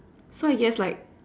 so I guess like